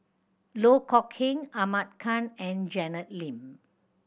Loh Kok Heng Ahmad Khan and Janet Lim